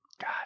God